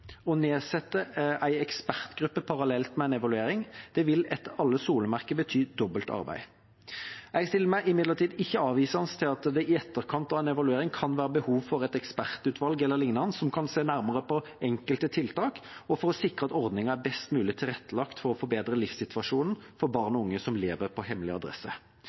Å nedsette en ekspertgruppe parallelt med en evaluering vil etter alle solemerker betyr dobbelt arbeid. Jeg stiller meg imidlertid ikke avvisende til at det i etterkant av en evaluering kan være behov for et ekspertutvalg e.l. som kan se nærmere på enkelte tiltak, og for å sikre at ordningen er best mulig tilrettelagt for å forbedre livssituasjonen for barn og unge som lever på hemmelig adresse.